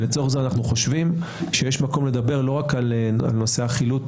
לצורך זה אנחנו חשובים שיש מקום לדבר לא רק על נושא החילוט